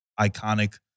iconic